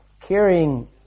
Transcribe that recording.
carrying